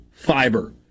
Fiber